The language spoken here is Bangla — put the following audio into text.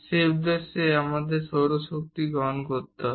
সেই উদ্দেশ্যে আমাদের এই সৌর শক্তি সংগ্রহ করতে হবে